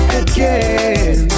again